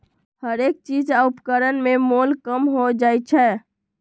हरेक चीज आ उपकरण में मोल कम हो जाइ छै